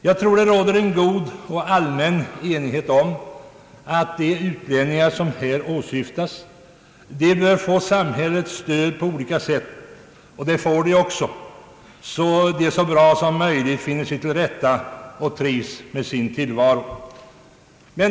Jag tror att det råder en god och allmän enighet om att de utlänningar som här åsyftas bör få samhällets stöd på olika sätt. Det får de också, så att de så bra som möjligt skall finna sig till rätta och trivas med sin tillvaro.